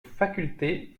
facultés